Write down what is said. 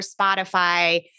Spotify